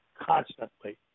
constantly